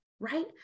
right